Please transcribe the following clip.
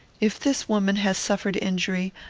if this woman has suffered injury,